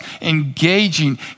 engaging